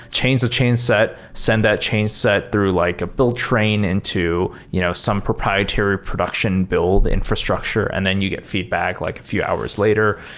chains of chain set. send that chain set through like a build train into you know some proprietary production build infrastructure and then you get feedback like a few hours later.